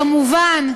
כמובן,